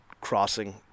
crossing